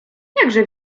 jakże